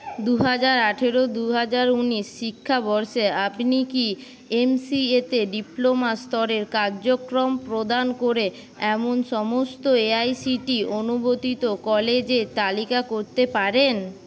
দু হাজার আঠারো দু হাজার ঊনিশ শিক্ষাবর্ষে আপনি কি এমসিএতে ডিপ্লোমাস্তরের কার্যক্রম প্রদান করে এমন সমস্ত এআইসিটি অনুমোদিত কলেজের তালিকা করতে পারেন